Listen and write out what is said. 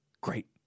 great